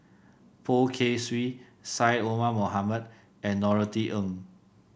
Poh Kay Swee Syed Omar Mohamed and Norothy Ng